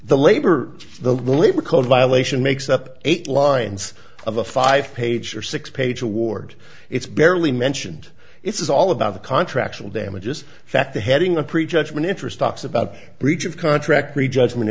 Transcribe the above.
the labor the labor code violation makes up eight lines of a five page or six page award it's barely mentioned it's all about the contract will damages fact the heading of prejudgment interest talks about breach of contract prejudgment